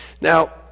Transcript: Now